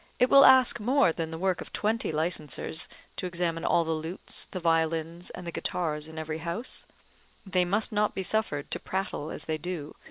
it will ask more than the work of twenty licensers to examine all the lutes, the violins, and the guitars in every house they must not be suffered to prattle as they do,